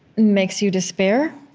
makes you despair,